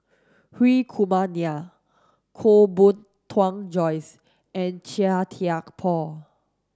Hri Kumar Nair Koh Bee Tuan Joyce and Chia Thye Poh